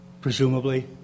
presumably